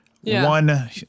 one